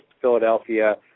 Philadelphia